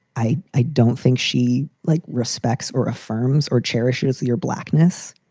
i, i don't think she like respects or affirms or cherishes your blackness.